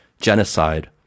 genocide